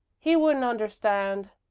he wouldn't understand.